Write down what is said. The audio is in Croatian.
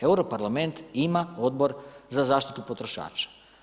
Europarlament ima odbor za zaštitu potrošača.